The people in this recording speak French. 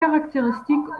caractéristique